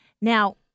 Now